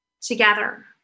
Together